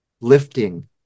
lifting